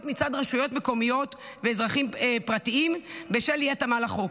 מצד רשויות מקומיות ואזרחים פרטיים בשל אי-התאמה לחוק.